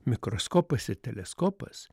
mikroskopas ir teleskopas